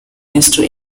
minister